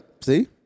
See